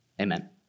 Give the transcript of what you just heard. amen